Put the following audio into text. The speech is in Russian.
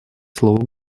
слово